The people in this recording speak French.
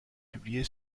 publiée